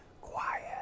quiet